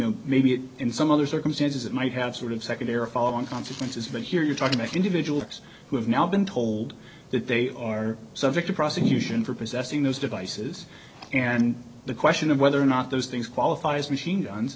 and maybe in some other circumstances that might have sort of secondary follow on consequences but here you're talking about individuals who have now been told that they are subject to prosecution for possessing those devices and the question of whether or not those things qualify as machine guns